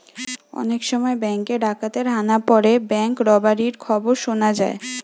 অনেক সময় বেঙ্ক এ ডাকাতের হানা পড়ে ব্যাঙ্ক রোবারির খবর শুনা যায়